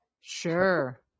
sure